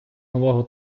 нового